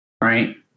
right